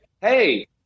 hey